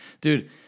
Dude